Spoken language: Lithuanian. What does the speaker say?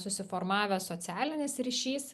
susiformavęs socialinis ryšys